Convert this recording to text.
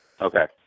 Okay